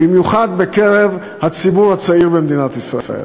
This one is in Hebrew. במיוחד בקרב הציבור הצעיר במדינת ישראל.